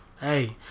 hey